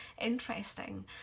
interesting